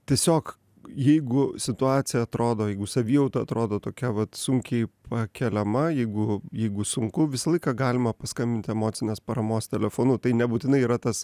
tiesiog jeigu situacija atrodo jeigu savijauta atrodo tokia vat sunkiai pakeliama jeigu jeigu sunku visą laiką galima paskambinti emocinės paramos telefonu tai nebūtinai yra tas